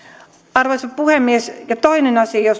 arvoisa puhemies toinen asia jota